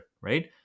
right